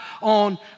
on